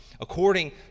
according